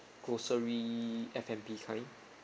grocery F&B kind